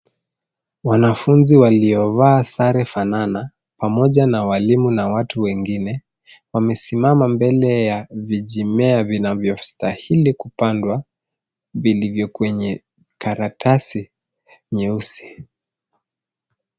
Wanafunzi waliovaa sare fanana, pamoja walimu na watu wengine wamesimama mbele ya vijimea vinavyostahili kupandwa vilivyo kwenye karatasi nyeusi.